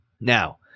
Now